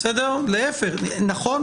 נכון?